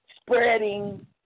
spreading